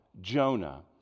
Jonah